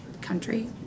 country